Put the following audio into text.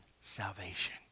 salvation